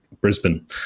brisbane